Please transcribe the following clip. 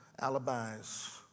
alibis